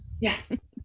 Yes